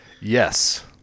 Yes